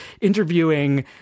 interviewing